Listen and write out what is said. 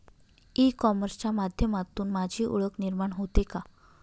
E कॉमर्सच्या माध्यमातून माझी ओळख निर्माण होते का?